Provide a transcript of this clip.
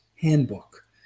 Handbook